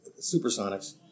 Supersonics